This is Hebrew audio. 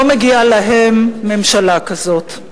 לא מגיעה להם ממשלה כזאת.